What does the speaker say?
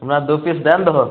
हमरा दू पिस दै ने दहो